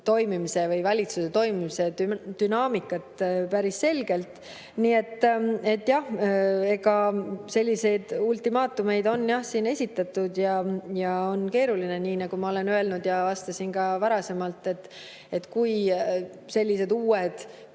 toimimise või valitsuse toimimise dünaamikat päris selgelt. Nii et jah, selliseid ultimaatumeid on siin esitatud ja on keeruline. Nagu ma olen öelnud ja vastasin ka varem, kui sellised uued